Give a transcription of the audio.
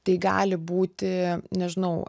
tai gali būti nežinau